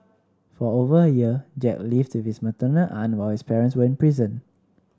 for over a year Jack lived with his maternal aunt while his parents were in prison